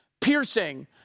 Piercing